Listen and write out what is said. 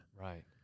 Right